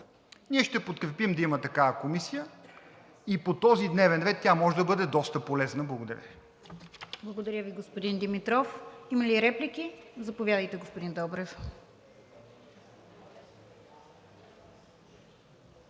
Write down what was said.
Ние ще подкрепим да има такава комисия и по този дневен ред тя може да бъде доста полезна. Благодаря Ви. ПРЕДСЕДАТЕЛ РОСИЦА КИРОВА: Благодаря Ви, господин Димитров. Има ли реплики? Заповядайте, господин Добрев.